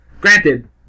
Granted